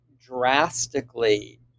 drastically